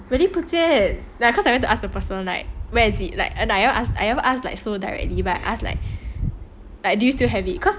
really 不见 cause I went to ask the person like where is it like I never ask so directly but I ask like like do you still have it cause